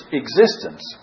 existence